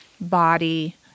body